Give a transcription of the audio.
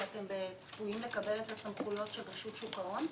שאתם צפויים לקבל את הסמכויות של רשות שוק ההון?